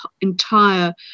entire